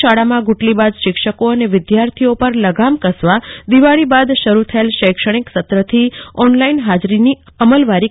શાળામાં ગુટલી બાજ શિક્ષકો અને વિદ્યાર્થીઓ પર લગામ કસવા દિવાળી બાદ શરૂ થયેલા શૈક્ષણિક સત્ર ઓનલાઈન હાજરી અમલી બનાવાઈ છે